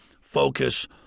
focus